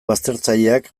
baztertzaileak